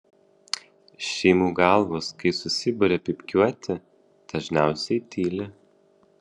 šeimų galvos kai susiburia pypkiuoti dažniausiai tyli